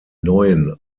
neuen